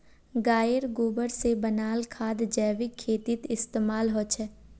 गायेर गोबर से बनाल खाद जैविक खेतीत इस्तेमाल होछे